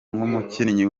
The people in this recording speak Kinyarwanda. nk’umukinnyi